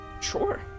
sure